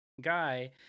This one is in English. guy